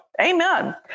Amen